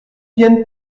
vienne